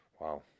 Wow